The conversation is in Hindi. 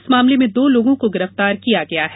इस मामले में दो लोगों को गिरफ्तार किया गया है